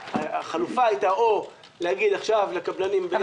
החלופה הייתה או להגיד עכשיו לקבלנים --- אבל